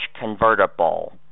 convertible